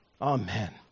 Amen